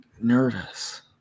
nervous